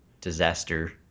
disaster